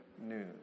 news